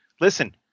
listen